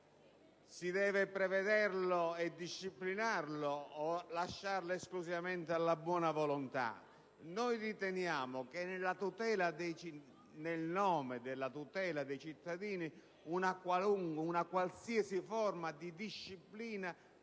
si deve prevedere e disciplinare o lasciare esclusivamente alla buona volontà? Noi riteniamo che, in nome della tutela dei cittadini, una qualsiasi forma di disciplina